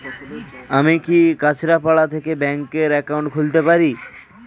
আমি কি কাছরাপাড়া থেকে ব্যাংকের একাউন্ট খুলতে পারি?